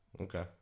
Okay